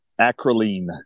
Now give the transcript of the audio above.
acrolein